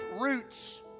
roots